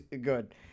good